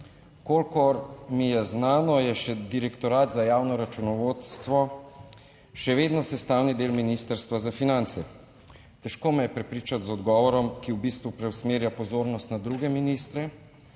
Kolikor mi je znano je še Direktorat za javno računovodstvo še vedno sestavni del Ministrstva za finance. Težko me je prepričati z odgovorom, ki v bistvu preusmerja pozornost na druge ministre.